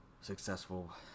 successful